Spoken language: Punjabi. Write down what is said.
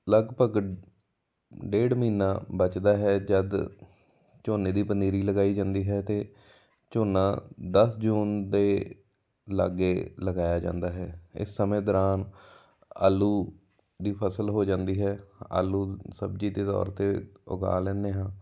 ਲਗਭਗ ਡੇਢ ਮਹੀਨਾ ਬਚਦਾ ਹੈ ਜਦੋਂ ਝੋਨੇ ਦੀ ਪਨੀਰੀ ਲਗਾਈ ਜਾਂਦੀ ਹੈ ਅਤੇ ਝੋਨਾ ਦਸ ਜੂਨ ਦੇ ਲਾਗੇ ਲਗਾਇਆ ਜਾਂਦਾ ਹੈ ਇਸ ਸਮੇਂ ਦੌਰਾਨ ਆਲੂ ਦੀ ਫਸਲ ਹੋ ਜਾਂਦੀ ਹੈ ਆਲੂ ਸਬਜ਼ੀ ਦੇ ਤੌਰ 'ਤੇ ਉਗਾ ਲੈਂਦੇ ਹਾਂ